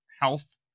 health